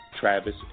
Travis